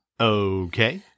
Okay